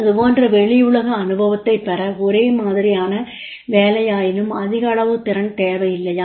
அதுபோன்ற வெளியுலக அனுபவத்தைப் பெற ஒரே மாதிரியான வேலையாயினும் அதிக அளவு திறன் தேவையில்லையா